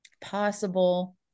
possible